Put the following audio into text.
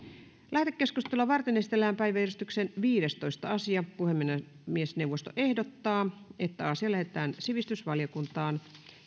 lähetekeskustelua varten esitellään päiväjärjestyksen viidestoista asia puhemiesneuvosto ehdottaa että asia lähetetään sivistysvaliokuntaan